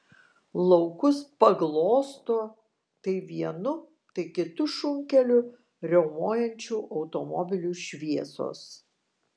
laukus paglosto tai vienu tai kitu šunkeliu riaumojančių automobilių šviesos